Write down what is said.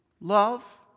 love